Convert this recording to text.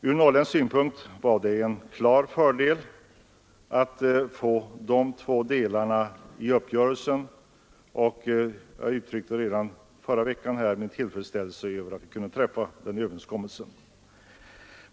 Från norrländsk synpunkt var de båda punkterna i uppgörelsen en klar fördel, och jag uttryckte vid behandlingen av frågan min tillfredsställelse över att den överenskommelsen hade kunnat träffas.